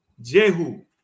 Jehu